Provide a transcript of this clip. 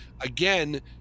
Again